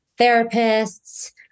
therapists